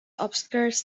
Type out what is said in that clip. obscures